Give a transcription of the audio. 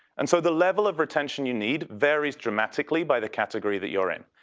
and so the level of retention you need varies dramatically by the category that you're in.